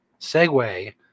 segue